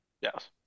Yes